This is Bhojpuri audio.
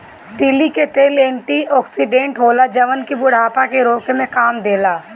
तीली के तेल एंटी ओक्सिडेंट होला जवन की बुढ़ापा के रोके में काम देला